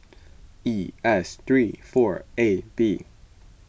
E S three four A B